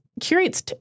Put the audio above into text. curates